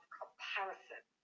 comparison